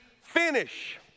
finish